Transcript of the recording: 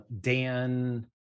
Dan